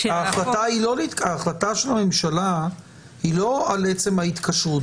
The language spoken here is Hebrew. ההחלטה של הממשלה היא לא על עצם ההתקשרות,